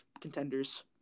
contenders